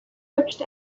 poached